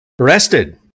Arrested